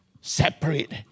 Separate